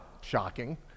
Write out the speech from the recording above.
Shocking